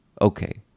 Okay